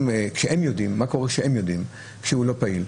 מה קורה כשהם יודעים שהוא לא פעיל?